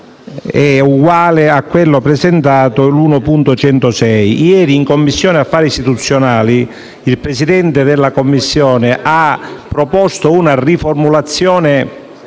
è uguale all'emendamento 1.106. Ieri, in Commissione affari costituzionali, il Presidente della Commissione ha proposto una riformulazione